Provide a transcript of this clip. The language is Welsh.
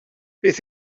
beth